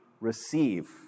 receive